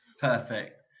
perfect